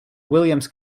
william’s